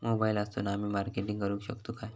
मोबाईलातसून आमी मार्केटिंग करूक शकतू काय?